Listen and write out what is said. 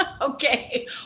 okay